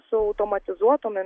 su automatizuotomis